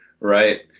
Right